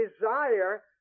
desire